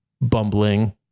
bumbling